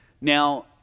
Now